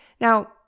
Now